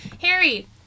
Harry